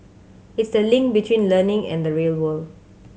it's the link between learning and the real world